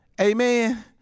Amen